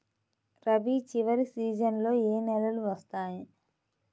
రబీ చివరి సీజన్లో ఏ నెలలు వస్తాయి?